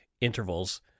intervals